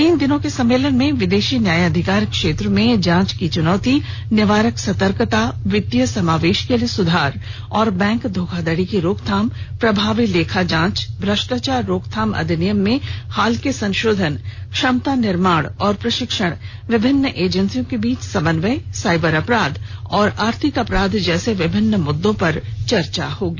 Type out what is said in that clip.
तीन दिन के सम्मेलन में विदेशी न्यायाधिकार क्षेत्रों में जांच की चुनौती निवारक सतर्कता वित्तीय समावेश के लिए सुधार और बैंक धोखाधड़ी की रोकथाम प्रभावी लेखा जांच भ्रष्टाचार रोकथाम अधिनियम में हाल के संशोधन क्षमता निर्माण और प्रशिक्षण विभिन्न एजेंसियों के बीच समन्वय साइबर अपराध और आर्थिक अपराध जैसे विभिन्न मुद्दों पर चर्चा होगी